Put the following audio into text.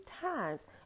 times